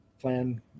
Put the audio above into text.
plan